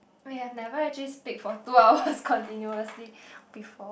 we have never actually speak for two hours continuously before